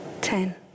ten